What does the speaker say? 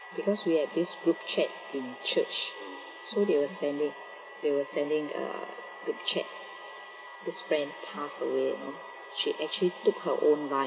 because we have this group chat in church so they will send it they were sending uh group chat this friend passed away you know she actually took her own life